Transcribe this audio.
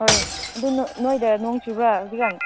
ꯍꯣꯏ ꯑꯗꯨ ꯅꯣꯏꯗ ꯅꯣꯡ ꯆꯨꯕ꯭ꯔꯥ ꯍꯧꯖꯤꯛ ꯀꯥꯟ